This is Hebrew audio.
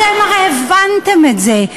אתם הרי הבנתם את זה.